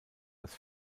das